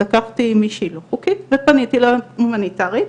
לקחתי מישהי לא חוקית ופניתי לוועדה ההומניטארית,